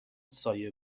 سایه